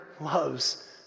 loves